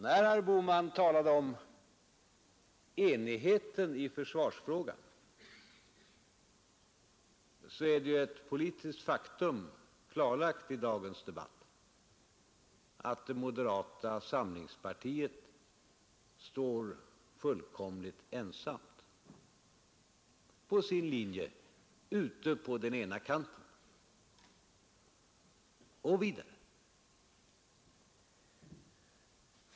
Herr Bohman talar om 101 enigheten i försvarsfrågan, men det är ett politiskt faktum, klarlagt i dagens debatt, att moderata samlingspartiet står fullkomligt ensamt på sin linje ute på den ena kanten.